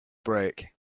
break